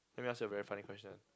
let me ask you a very funny question